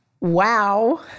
wow